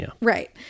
Right